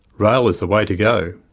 rail is the way to go.